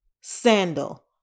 sandal